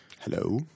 Hello